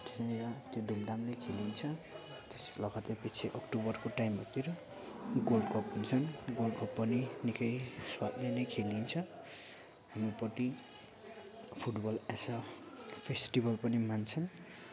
यहाँनिर त्यो धुमधामले खेलिन्छ त्यसको लगत्तै पछि अक्टोबरको टाइमहरूतिर गोल्ड कप हुन्छन् गोल्ड कप पनि निकै स्वादले नै खेलिन्छ हाम्रोपट्टि फुटबल एज अ फेस्टिभल पनि मान्छ